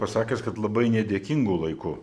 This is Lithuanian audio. pasakęs kad labai nedėkingu laiku